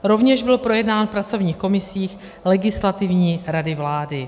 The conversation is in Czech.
Rovněž byl projednán pracovní komisí Legislativní rady vlády.